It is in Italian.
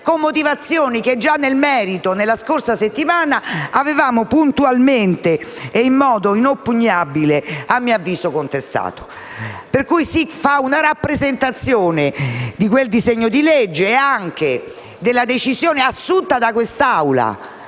con motivazioni che già nel merito, la scorsa settimana, avevamo - a mio avviso - puntualmente e in modo inoppugnabile contestato. Si fa una rappresentazione di quel disegno di legge, e anche della decisione assunta da quest'Aula